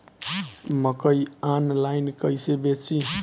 मकई आनलाइन कइसे बेची?